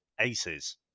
Aces